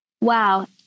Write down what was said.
Wow